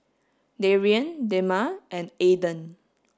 Darien Dema and Aidan